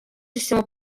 sistema